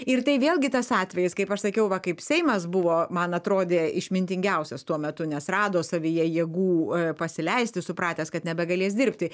ir tai vėlgi tas atvejis kaip aš sakiau va kaip seimas buvo man atrodė išmintingiausias tuo metu nes rado savyje jėgų pasileisti supratęs kad nebegalės dirbti